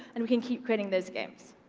and we can keep creating those games.